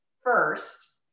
first